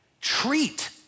Treat